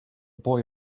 boy